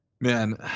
Man